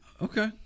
Okay